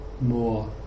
more